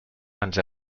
ens